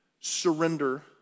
surrender